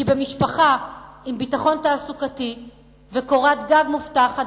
כי במשפחה עם ביטחון תעסוקתי וקורת גג מובטחת